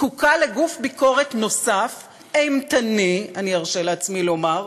זקוקה לגוף ביקורת נוסף, אימתני, ארשה לעצמי לומר,